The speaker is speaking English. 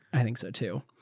i think so, too.